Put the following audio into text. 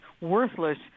worthless